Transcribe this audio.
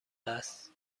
است